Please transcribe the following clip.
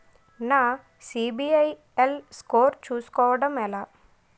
నా సిబిఐఎల్ స్కోర్ చుస్కోవడం ఎలా?